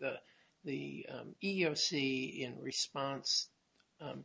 that the e e o c in response